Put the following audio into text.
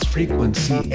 Frequency